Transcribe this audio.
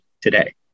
today